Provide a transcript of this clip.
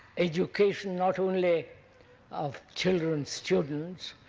education not only of children, students,